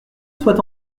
soit